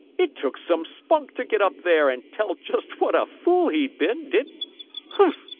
it took some spunk to get up there and tell just what a fool he'd been, didn't humph!